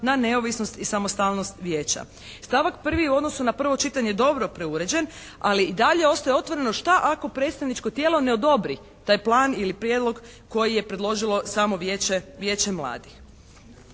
na neovisnost i samostalnost vijeća. Stavak 1. u odnosu na prvo čitanje je dobro preuređen. Ali i dalje ostaje otvoreno šta ako predstavničko tijelo ne odobri taj plan ili prijedlog koje je predložilo samo Vijeće mladih.